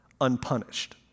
unpunished